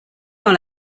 dans